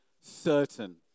certain